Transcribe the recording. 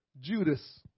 Judas